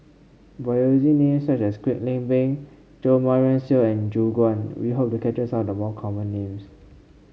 by using names such as Kwek Leng Beng Jo Marion Seow and Gu Juan we hope to capture some the common names